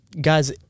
guys